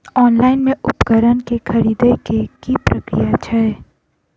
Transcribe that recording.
Online मे उपकरण केँ खरीदय केँ की प्रक्रिया छै?